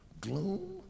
gloom